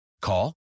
Call